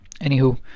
Anywho